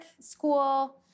school